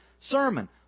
sermon